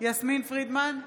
יסמין פרידמן,